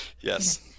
yes